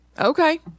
Okay